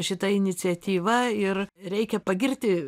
šita iniciatyva ir reikia pagirti